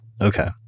Okay